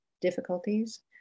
difficulties